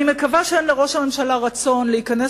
אני מקווה שאין לראש הממשלה רצון להיכנס